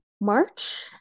March